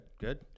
Good